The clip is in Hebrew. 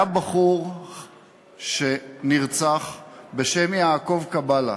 היה בחור שנרצח בשם יעקב קבלה,